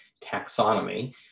taxonomy